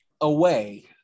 away